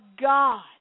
God